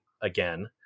again